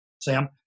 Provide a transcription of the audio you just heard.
Sam